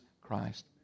Christ